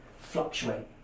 fluctuate